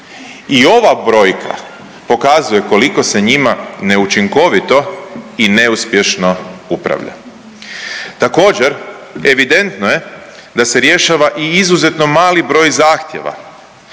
i ova brojka pokazuje koliko se njima neučinkovito i neuspješno upravlja. Također evidentno je da se rješava i izuzetno mali broj zahtjeva,